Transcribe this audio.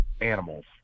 animals